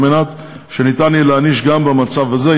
כדי שיהיה אפשר להעניש גם במצב הזה,